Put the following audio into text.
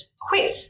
quit